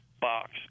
box